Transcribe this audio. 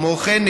כמו כן,